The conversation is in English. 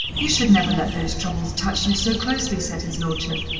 you should never let those troubles touch you so closely, said his lordship,